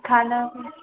खाना